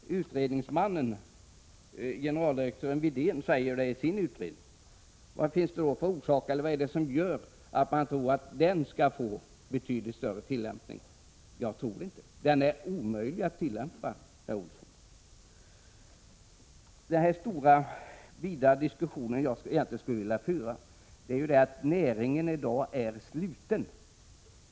Utredningsmannen, generaldirektören Widén, säger det i sin utredning. Vad är det som gör att den här principen skulle få betydligt större tillämpning? Jag tror inte att så blir fallet — den är omöjlig att tillämpa, herr Olsson. Den stora, vidare diskussion som jag egentligen skulle vilja föra skulle bl.a. ta upp det förhållandet att jordbruksnäringen i dag egentligen är sluten.